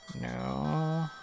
no